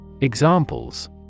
Examples